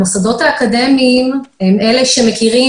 המוסדות האקדמיים הם אלה שמכירים